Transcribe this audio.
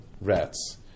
rats